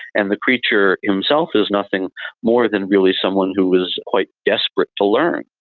and the creature himself is nothing more than really someone who was quite desperate to learn.